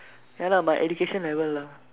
ya lah by education level lah